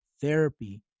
therapy